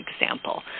example